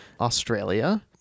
Australia